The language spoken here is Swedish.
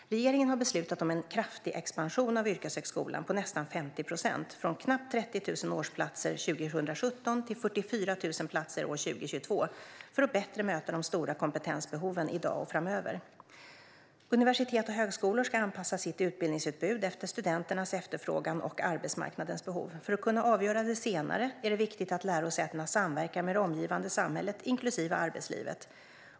Regeringen har beslutat om en kraftig expansion av yrkeshögskolan med nästan 50 procent, från knappt 30 000 årsplatser 2017 till 44 000 platser år 2022, för att bättre möta de stora kompetensbehoven i dag och framöver. Universitet och högskolor ska anpassa sitt utbildningsutbud efter studenternas efterfrågan och arbetsmarknadens behov. För att kunna avgöra det senare är det viktigt att lärosätena samverkar med det omgivande samhället, inklusive arbetslivet.